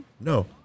No